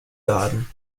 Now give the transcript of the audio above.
garden